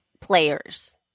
players